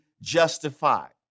justified